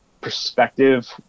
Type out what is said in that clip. perspective